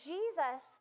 Jesus